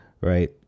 right